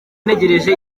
ntegereje